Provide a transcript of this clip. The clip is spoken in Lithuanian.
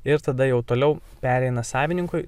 ir tada jau toliau pereina savininkui